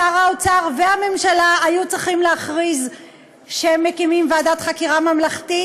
שר האוצר והממשלה היו צריכים להכריז שהם מקימים ועדת חקירה ממלכתית.